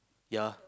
ya